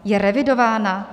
Je revidována?